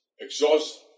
exhaust